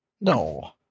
No